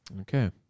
Okay